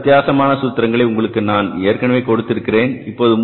இதில் உள்ள வித்தியாசமான சூத்திரங்களை உங்களுக்கு நான் ஏற்கனவே கொடுத்திருக்கிறேன்